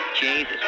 Jesus